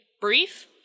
Brief